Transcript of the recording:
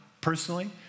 personally